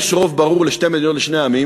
יש רוב ברור לשתי מדינות לשני עמים,